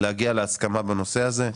להגיע להסכמה בנושא הזה.